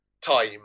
time